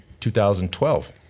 2012